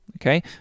okay